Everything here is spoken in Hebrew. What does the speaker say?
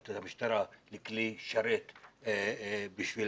הופכת את המשטרה לכלי שרת בשבילה.